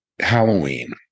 halloween